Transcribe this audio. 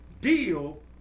deal